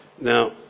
Now